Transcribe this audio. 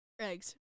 Eggs